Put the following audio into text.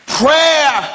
prayer